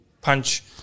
punch